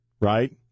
right